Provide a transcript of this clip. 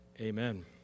Amen